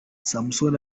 samson